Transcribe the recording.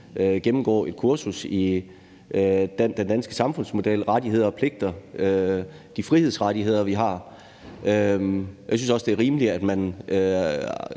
gennemgå et kursus i den danske samfundsmodel, om de rettigheder og pligter og frihedsrettigheder, vi har. Jeg synes også, det er rimeligt, at man